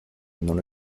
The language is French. dans